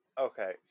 Okay